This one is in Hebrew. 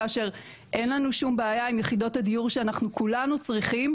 כאשר אין לנו שום בעיה עם יחידות הדיור שאנחנו כולנו צריכים,